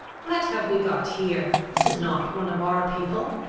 what have we got here? this is not one of our people!